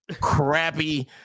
crappy